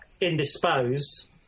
indisposed